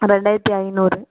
ரெண்டாயிரத்தி ஐநூறு